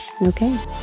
Okay